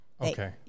Okay